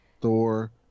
Thor